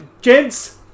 gents